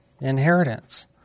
inheritance